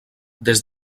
des